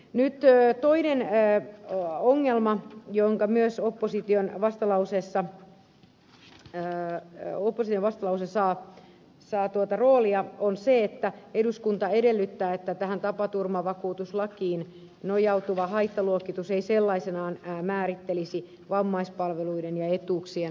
nyt toinen ongelma jota roolia myös opposition vastalause saa on se että eduskunta edellyttää että tähän tapaturmavakuutuslakiin nojautuva haittaluokitus ei sellaisenaan määrittelisi vammaispalveluiden ja etuuksien saantia